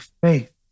faith